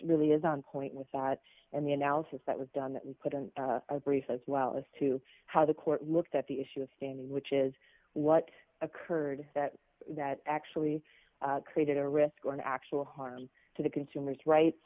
really is on point with that and the analysis that was done that was put in a brief as well as to how the court looked at the issue of standing which is what occurred that that actually created a risk going to actual harm to the consumers rights